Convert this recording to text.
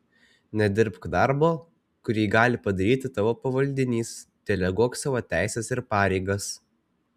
nedirbk darbo kurį gali padaryti tavo pavaldinys deleguok savo teises ir pareigas